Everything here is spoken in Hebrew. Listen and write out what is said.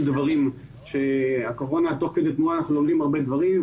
דברים כאשר בקורונה תוך כדי תנועה אנחנו לומדים הרבה דברים.